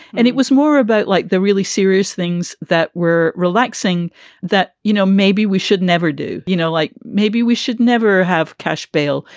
and it was more about like the really serious things that were relaxing that, you know, maybe we should never do, you know, like maybe we should never have cash bail.